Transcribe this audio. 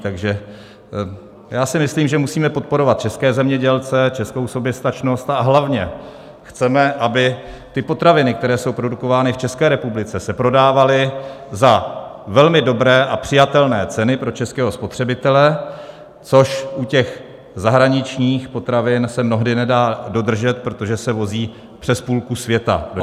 Takže já si myslím, že musíme podporovat české zemědělce, českou soběstačnost, a hlavně chceme, aby ty potraviny, které jsou produkovány v České republice, se prodávaly za velmi dobré a přijatelné ceny pro českého spotřebitele, což u zahraničních potravin se mnohdy nedá dodržet, protože se vozí přes půlku světa do České republiky.